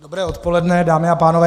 Dobré odpoledne, dámy a pánové.